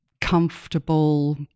comfortable